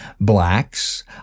blacks